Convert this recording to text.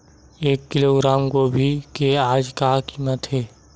एक किलोग्राम गोभी के आज का कीमत हे?